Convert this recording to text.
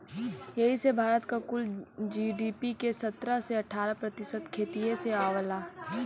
यही से भारत क कुल जी.डी.पी के सत्रह से अठारह प्रतिशत खेतिए से आवला